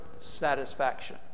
satisfaction